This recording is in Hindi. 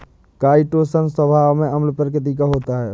काइटोशन स्वभाव में अम्ल प्रकृति का होता है